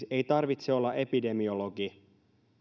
ei siis tarvitse olla epidemiologi